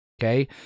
Okay